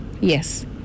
yes